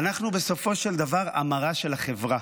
בסופו של דבר אנחנו המראה של החברה,